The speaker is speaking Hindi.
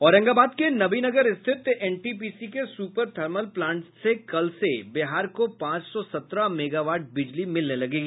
औरंगाबाद के नवीनगर स्थित एनटीपीसी के सुपर थर्मल प्लांट से कल से बिहार को पांच सौ सत्रह मेगावाट बिजली मिलने लगेगी